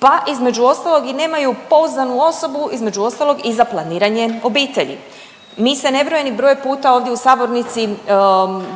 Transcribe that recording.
pa između ostalog i nemaju pouzdanu osobu, između ostalog i za planiranje obitelji. Mi se nebrojeni broj puta ovdje u sabornici